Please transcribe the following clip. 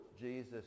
Jesus